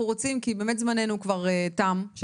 זמנינו כבר תם,